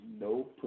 no